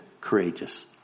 courageous